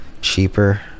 Cheaper